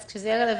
זה יהיה רלוונטי